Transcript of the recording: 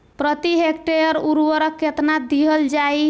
प्रति हेक्टेयर उर्वरक केतना दिहल जाई?